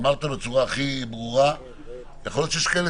אמרת בצורה הכי ברורה שיכול להיות שיש כאלה